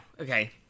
Okay